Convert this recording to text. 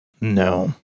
No